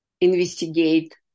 investigate